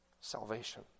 salvation